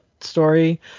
story